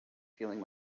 feeling